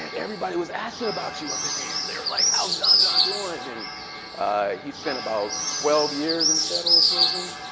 everybody was asking about you up in there. they were like, how's john john doing? and he spent about twelve years in federal prison,